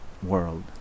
World